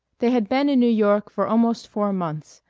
they had been in new york for almost four months,